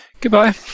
Goodbye